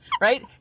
right